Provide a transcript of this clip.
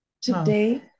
Today